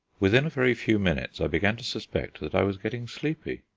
within a very few minutes i began to suspect that i was getting sleepy.